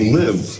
live